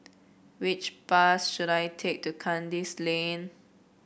which bus should I take to Kandis Lane